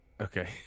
Okay